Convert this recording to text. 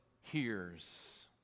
hears